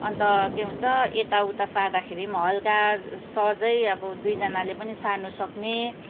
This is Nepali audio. अन्त के भन्छ यताउता सार्दाखेरि पनि हल्का सहजै अब दुईजनाले पनि सार्नसक्ने